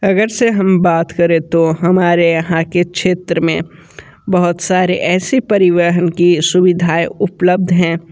अगर से हम बात करें तो हमारे यहाँ के क्षेत्र में बहुत सारे ऐसे परिवहन की सुधाएं उपलब्ध हैं